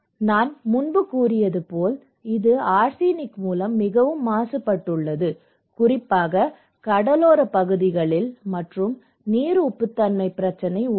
நான் முன்பு கூறியது போல் இது ஆர்சனிக் மூலம் மிகவும் மாசுபட்டுள்ளது குறிப்பாக கடலோரப் பகுதிகளில் மற்றும் நீர் உப்புத்தன்மை பிரச்சினை உள்ளது